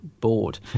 bored